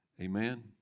Amen